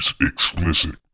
explicit